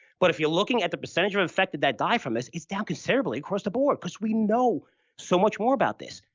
but if you're looking at the percentage of infected that die from this, it's down considerably across the board because we know so much more about this.